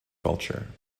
culture